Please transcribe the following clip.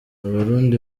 abarundi